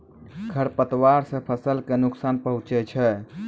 खरपतवार से फसल क नुकसान पहुँचै छै